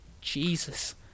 Jesus